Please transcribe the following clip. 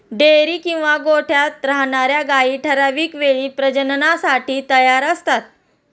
dairy किंवा गोठ्यात राहणार्या गायी ठराविक वेळी प्रजननासाठी तयार असतात